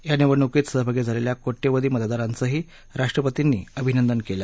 या निवडणुकीत सहभागी झालेल्या कोट्यावधी मतदारांचही राष्ट्रपर्तींनी यावेळी अभिनंदन केलं